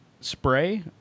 Spray